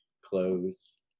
close